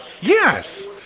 Yes